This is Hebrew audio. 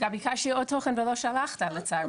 ביקשתי עוד תוכן ולא שלחת, לצערי.